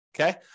okay